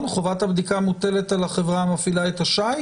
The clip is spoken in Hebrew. חובת הבדיקה מוטלת על החברה המפעילה את השיט?